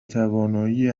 توانایی